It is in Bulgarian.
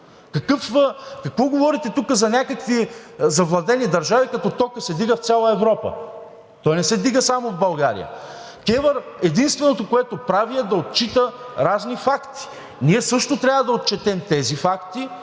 Какво говорите тук за някакви завладени държави, като токът се вдига в цяла Европа? Той не се вдига само в България. КЕВР единственото, което прави, е да отчита разни факти. Ние също трябва да отчетем тези факти